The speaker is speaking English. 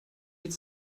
need